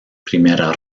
primera